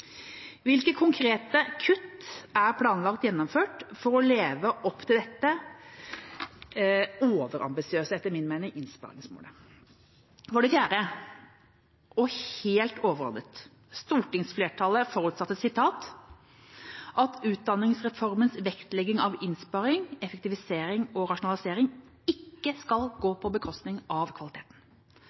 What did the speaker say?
Hvilke konkrete kutt er planlagt gjennomført for å leve opp til dette overambisiøse – etter min mening – innsparingsmålet? For det fjerde, og helt overordnet: Stortingsflertallet forutsatte «at utdanningsreformens vektlegging av innsparing, effektivisering og rasjonalisering ikke skal gå på bekostning av